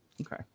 Okay